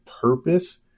purpose